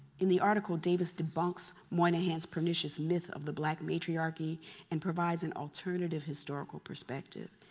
in the article, davis debunks one enhanced pernicious myth of the black matriarchy and provides an alternative historical perspective.